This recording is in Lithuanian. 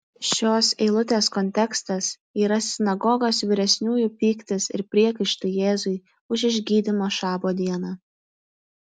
šios eilutės kontekstas yra sinagogos vyresniųjų pyktis ir priekaištai jėzui už išgydymą šabo dieną